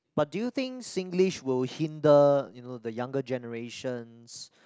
but do you think Singlish will hinder you know the younger generations